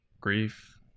grief